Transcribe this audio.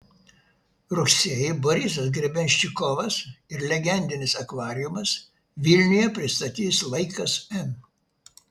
rugsėjį borisas grebenščikovas ir legendinis akvariumas vilniuje pristatys laikas n